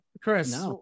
chris